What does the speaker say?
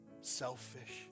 selfish